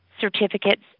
certificates